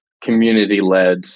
community-led